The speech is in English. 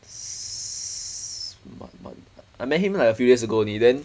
month month I met him like a few years ago only then